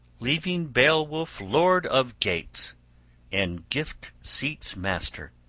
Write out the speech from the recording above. leaving beowulf lord of geats and gift-seat's master.